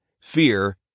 fear